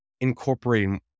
incorporating